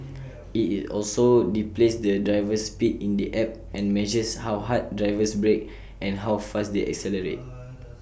IT also displays the driver's speed in the app and measures how hard drivers brake and how fast they accelerate